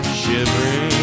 shivering